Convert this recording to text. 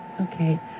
Okay